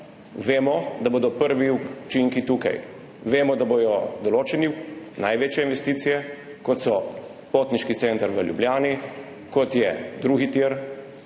vemo, da bodo prvi učinki tukaj. Vemo, da bodo določene največje investicije, kot so potniški center v Ljubljani, kot je drugi tir,